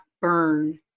burn